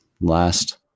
last